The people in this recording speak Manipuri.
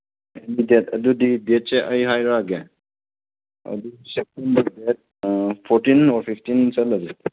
ꯗꯦꯠ ꯑꯗꯨꯗꯤ ꯗꯦꯠꯁꯦ ꯑꯩ ꯍꯥꯏꯔꯛꯑꯒꯦ ꯑꯗꯨ September date fourteen or fifteen ꯆꯠꯂꯁꯦ